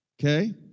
Okay